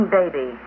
baby